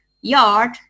yard